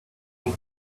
she